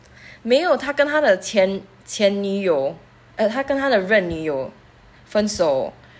没有他跟他的前前女友 err 他跟他的任女友分手